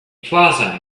plaza